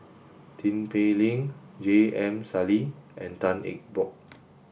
Tin Pei Ling J M Sali and Tan Eng Bock